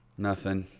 nothing.